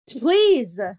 please